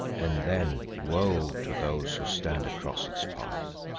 and then woe to those who stand across its path.